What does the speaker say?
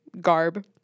garb